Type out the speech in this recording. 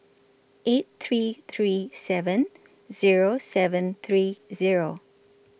eight three three seven Zero seven three Zero